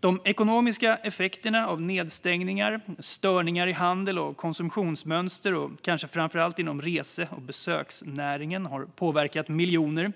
De ekonomiska effekterna av nedstängningar, störningar i handel och konsumtionsmönster, kanske framför allt inom rese och besöksnäringen, har påverkat miljoner.